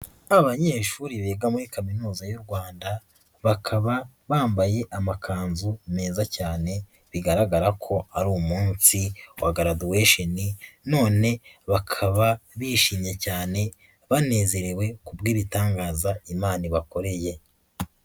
Abanyeshuri biga muri kaminuza y'u Rwanda, bakaba bambaye amakanzu meza cyane, bigaragara ko ari umunsi wa graduation none bakaba bishimye cyane, banezerewe k'ubw'ibitangaza Imana ibakoreye.